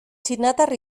txinatar